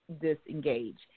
disengage